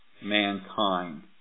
mankind